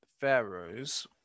pharaohs